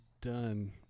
done